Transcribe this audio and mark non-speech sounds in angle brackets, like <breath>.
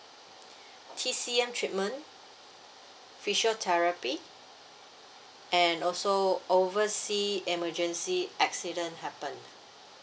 <breath> T_C_M treatment physiotherapy and also oversea emergency accident happened